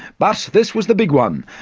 but this was the big one,